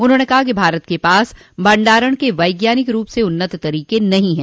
उन्होंने कहा कि भारत के पास भंडारण के वैज्ञानिक रूप से उन्नत तरीके नहीं हैं